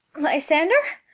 lysander!